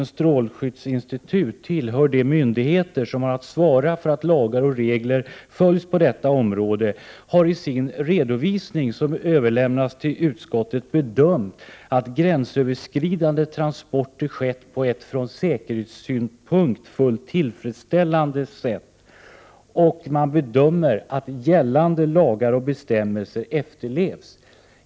skyddsinstitut tillhör de myndigheter som har att svara för att lagar och regler följs på detta område, har i sin redovisning, som har överlämnats till utskottet, bedömt att gränsöverskridande transporter skett på ett från säkerhetssynpunkt fullt tillfredsställande sätt, och man bedömer att gällande lagar och bestämmelser efterlevs.